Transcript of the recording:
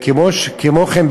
כמו כן,